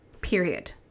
period